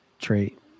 trait